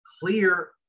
clear